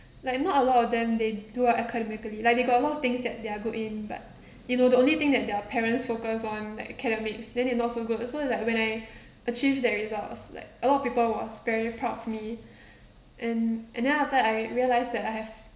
like not a lot of them they do well academically like they got a lot of things that they're good in but you know the only thing their parents focus on like academics then they not so good so it's like when I achieve that results like a lot of people was very proud of me and and then after I realise that I have